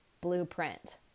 blueprint